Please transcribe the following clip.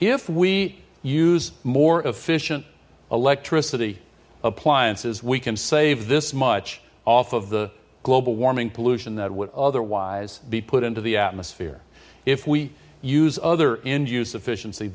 if we use more efficient electricity appliances we can save this much off of the global warming pollution that would otherwise be put into the atmosphere if we use other end use efficiency